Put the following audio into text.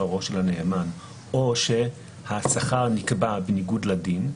שכרו של הנאמן או שהשכר נקבע בניגוד לדין,